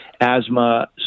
asthma